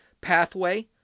pathway